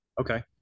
Okay